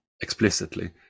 explicitly